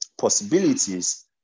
possibilities